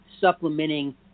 supplementing